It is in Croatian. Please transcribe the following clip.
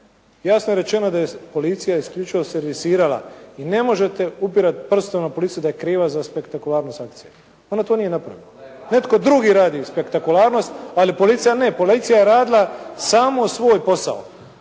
Jasno je rečeno da je policija isključivo servisirala i ne možete upirati prstom na policiju da je kriva za spektakularnost akcije. Ona to nije napravila. Netko drugi radi spektakularnost, ali policija ne. Policija je radila samo svoj posao.